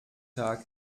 tag